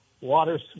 Water